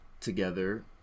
together